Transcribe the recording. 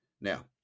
Now